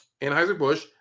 Anheuser-Busch